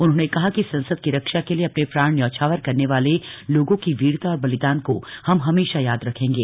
उन्होंने कहा कि संसद की रक्षा के लिए अपने प्राण न्यौछावर करने वाले लोगों की वीरता और बलिदान का हम सदा याद रखेंगे